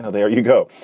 ah there you go.